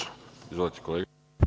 Izvolite, kolega.